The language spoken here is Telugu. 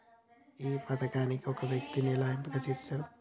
ఈ పథకానికి ఒక వ్యక్తిని ఎలా ఎంపిక చేస్తారు?